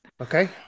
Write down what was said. Okay